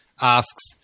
asks